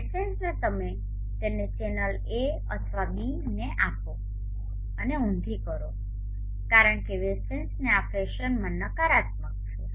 વેસેન્સને તમે તેને channel A અથવા ચેનલ B ને આપો અને ઊંધી કરો કારણ કે વેસેન્સને આ ફેશનમાં નકારાત્મક છે